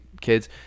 kids